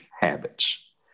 habits